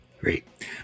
Great